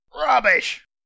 Rubbish